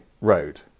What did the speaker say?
road